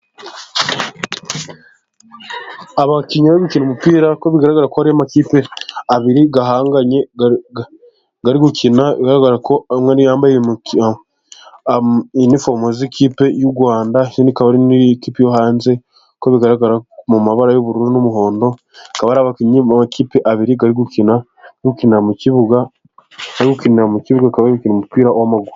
Abakinnyi bakina umupira uko bigaragara ko amakipe abiri ahanganye ari gukina yambaye finifomu z'ikipe y'u Rwanda indi akana ari ikipe yo hanze . Uko bigaragara mu mabara y'ubururu n'umuhondo, akaba ari abakinnyi mu makipe abiri ari gukina mu kibuga bari gukinira mu kibuga bakaba bari gukina umupira w'amaguru.